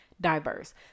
diverse